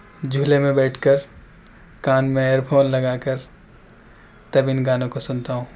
جھولے میں بیٹھ کر کان میں ایئر پھون لگا کر تب ان گانوں کو سنتا ہوں